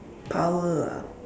power ah